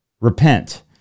Repent